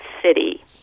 City